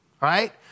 right